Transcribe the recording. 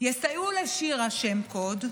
יסייעו לשירה, שם קוד,